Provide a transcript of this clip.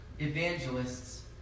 evangelists